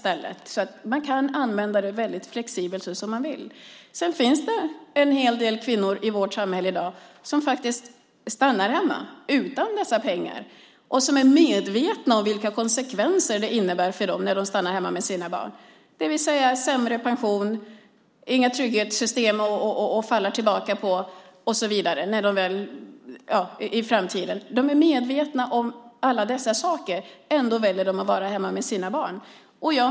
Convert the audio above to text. Man kan alltså använda det väldigt flexibelt. Det finns även en hel del kvinnor i vårt samhälle i dag som stannar hemma utan dessa pengar och som är medvetna om vilka konsekvenser det innebär för dem i form av sämre pension, inga trygghetssystem att falla tillbaka på i framtiden och så vidare. De är medvetna om detta, och ändå väljer de att vara hemma med sina barn.